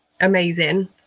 amazing